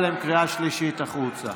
טיל נפל ליד הבית של החבר שלו.